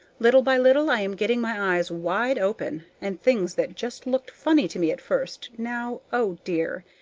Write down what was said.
little by little i am getting my eyes wide open, and things that just looked funny to me at first, now oh dear!